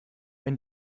wenn